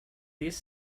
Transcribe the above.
these